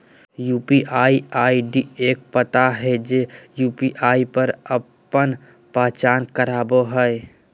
UPI ID एगो पता हइ जे यू.पी.आई पर आपन पहचान करावो हइ